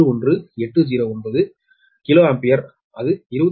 11809 kilo ampere அது 25